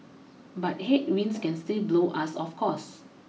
but headwinds can still blow us off course